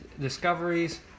discoveries